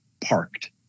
parked